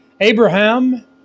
Abraham